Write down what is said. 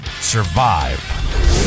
survive